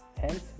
Hence